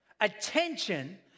Attention